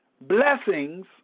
blessings